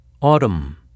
Autumn